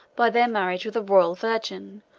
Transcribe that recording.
by their marriage with a royal virgin,